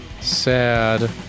Sad